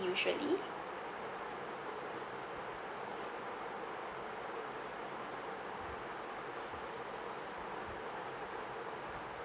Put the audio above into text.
usually